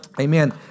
Amen